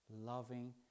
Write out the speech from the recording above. loving